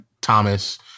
Thomas